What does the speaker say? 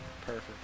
Perfect